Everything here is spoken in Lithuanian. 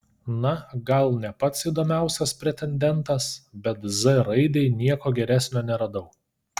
na gal ne pats įdomiausias pretendentas bet z raidei nieko geresnio neradau